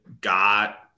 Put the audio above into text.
got